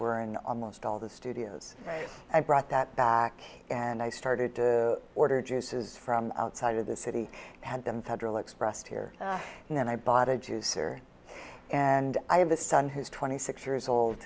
were in almost all the studios i brought that back and i started to order juices from outside of the city had them federal rust here and then i bought a juicer and i have a son who's twenty six years